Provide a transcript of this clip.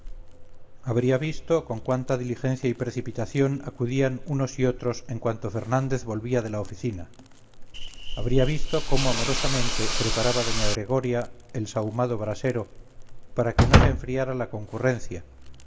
habría visto con cuánta diligencia y precipitación acudían unos y otros en cuanto fernández volvía de la oficina habría visto cómo amorosamente preparaba doña gregoria el sahumado brasero para que no se enfriara la concurrencia